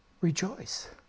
rejoice